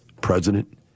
president